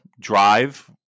drive